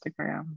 instagram